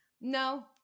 no